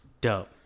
Dope